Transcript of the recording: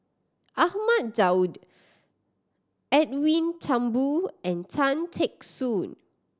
Ahmad Daud Edwin Thumboo and Tan Teck Soon